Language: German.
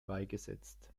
beigesetzt